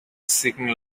seeking